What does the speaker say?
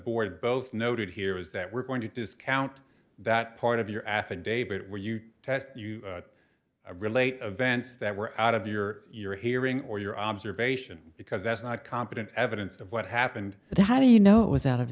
board both noted here is that we're going to discount that part of your affidavit where you test you relate events that were out of your your hearing or your observation because that's not competent evidence of what happened but how do you know it was out of